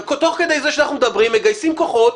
תוך כדי שאנחנו מדברים מגייסים כוחות,